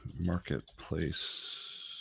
Marketplace